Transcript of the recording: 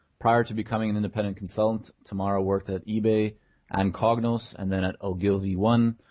prior to becoming an independent consultant, tamara worked at ebay and cognos and then at ogilvy one.